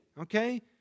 okay